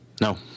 no